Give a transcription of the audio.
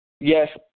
Yes